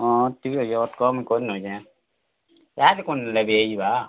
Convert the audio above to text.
ହଁ ଠିକ୍ ଅଛି ଅଟ୍କ ମୁଁ କରି ନେଉଛେ ଯେ ଇହାଦେ କରିନେଲେ ବି ହେଇଯିବା